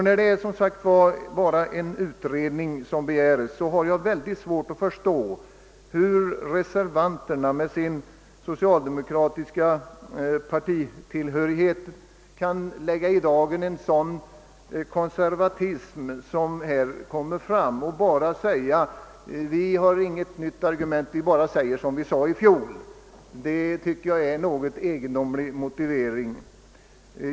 När det bara är en utredning som begärs, har jag väldigt svårt att förstå att reservanterna med sin socialdemokratiska partitillhörighet kan ådagalägga en sådan konservatism som här är fallet och bara hänvisa till att motionärerna inte har några nya argument utan endast upprepar vad de sade i fjol. Detta tycker jag är en något egendomlig motivering.